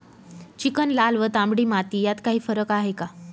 Chicken, लाल व तांबडी माती यात काही फरक आहे का?